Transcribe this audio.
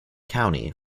county